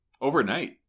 Overnight